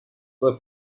the